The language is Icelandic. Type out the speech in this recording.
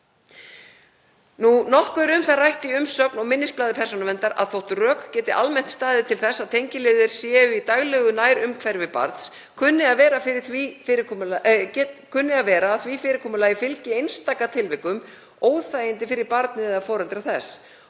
Nokkuð er um það rætt í umsögn og minnisblaði Persónuverndar að þótt rök geti almennt staðið til þess að tengiliðir séu í daglegu nærumhverfi barns kunni að vera að því fyrirkomulagi fylgi í einstaka tilvikum óþægindi fyrir barnið eða foreldra þess,